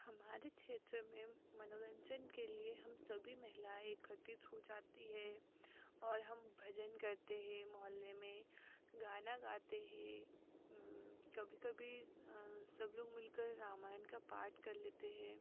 हमारे क्षेत्र में मनोरंजन के लिए हम सभी महिलाएँ एकत्रित हो जाती हैं और हम भजन करते हैं मोहल्ले में गाना गाते हैं कभी कभी सब लोग मिलकर रामायण का पाठ कर लेते हैं